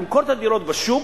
תמכור את הדירות בשוק,